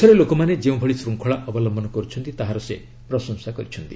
ଦେଶରେ ଲୋକମାନେ ଯେଉଁଭଳି ଶୃଙ୍ଖଳା ଅବଲମ୍ଭନ କରୁଛନ୍ତି ତାହାର ସେ ପ୍ରଶଂସା କରିଛନ୍ତି